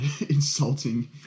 insulting